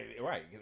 right